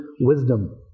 wisdom